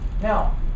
Now